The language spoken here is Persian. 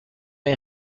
این